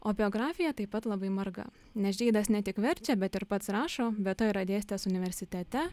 o biografija taip pat labai marga nes džeidas ne tik verčia bet ir pats rašo be to yra dėstęs universitete